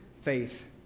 faith